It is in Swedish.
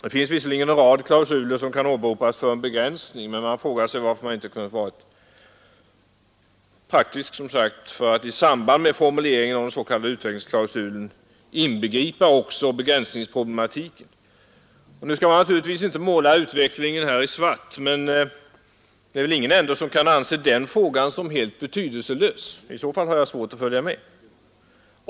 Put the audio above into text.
Det finns visserligen en rad klausuler som kan åberopas för en begränsning, men jag frågar mig varför man inte kunde ha varit så praktisk, som sagt, att man i samband med formuleringen av den s.k. utvecklingsklausulen inbegrep också begränsningsproblematiken. Nu skall man naturligtvis inte måla framtiden här i svart. Men det är väl ändå ingen som kan anse denna fråga helt betydelselös — i så fall har jag svårt att följa med.